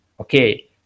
okay